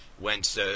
went